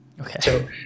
Okay